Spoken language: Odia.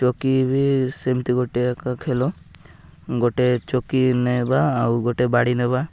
ଚକି ବି ସେମିତି ଗୋଟେ ଏକ ଖେଳ ଗୋଟେ ଚକି ନେବା ଆଉ ଗୋଟେ ବାଡ଼ି ନେବା